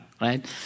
right